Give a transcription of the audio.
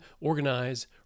organize